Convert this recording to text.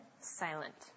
silent